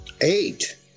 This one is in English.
eight